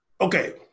Okay